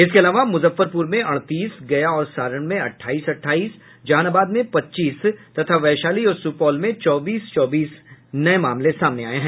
इसके अलावा मुजफ्फरपुर में अड़तीस गया और सारण में अट्ठाईस अट्ठाईस जहानाबाद में पच्चीस तथा वैशाली और सुपौल में चौबीस चौबीस नये मामले सामने आये हैं